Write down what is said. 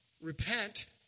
repent